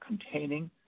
containing